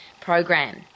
program